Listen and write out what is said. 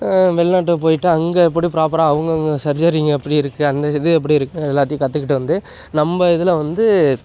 வெளிநாட்டுக்குப் போயிவிட்டு அங்கே எப்படி ப்ராப்பராக அவங்கவுங்க சர்ஜரிங்கு எப்படி இருக்கு அந்த இது எப்படி இருக்கு எல்லாத்தையும் கற்றுக்கிட்டு வந்து நம்ப இதில் வந்து